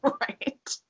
Right